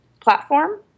platform